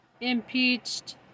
impeached